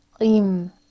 im